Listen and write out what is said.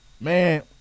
man